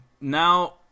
now